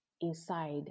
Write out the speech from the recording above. inside